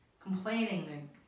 Complaining